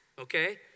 okay